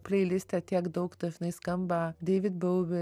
pleiliste tiek daug dažnai skamba deivid bouvi